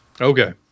Okay